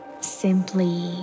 Simply